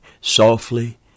softly